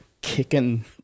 kicking